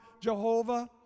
Jehovah